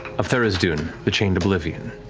of tharizdun, the chained oblivion,